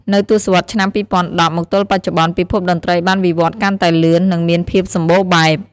នៅទសវត្សរ៍ឆ្នាំ ២០១០ មកទល់បច្ចុប្បន្ន ពិភពតន្ត្រីបានវិវត្តន៍កាន់តែលឿន និងមានភាពសម្បូរបែប។